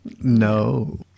No